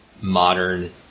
modern